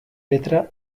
letra